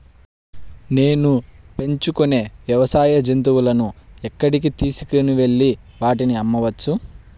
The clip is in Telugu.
నేను పెంచుకొనే వ్యవసాయ జంతువులను ఎక్కడికి తీసుకొనివెళ్ళి వాటిని అమ్మవచ్చు?